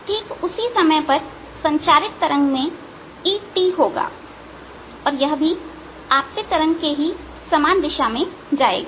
ठीक उसी समय पर संचारित तरंग में ETहोगा और यह भी आपतित तरंग की ही समान दिशा में जाएगा